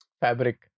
Fabric